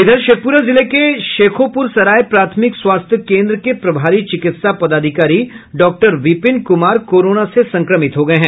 इधर शेखपुरा जिला के शेखोपुरसराय प्राथमिक स्वास्थ्य केंद्र के प्रभारी चिकित्सा पदाधिकारी डॉक्टर विपिन कुमार कोरोना से संक्रमित हो गये है